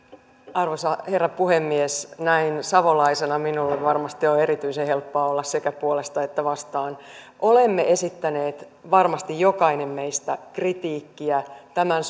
arvoisa herra puhemies näin savolaisena minun varmasti on erityisen helppoa olla sekä puolesta että vastaan olemme esittäneet varmasti jokainen meistä kritiikkiä tämän